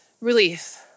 relief